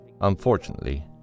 unfortunately